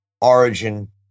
origin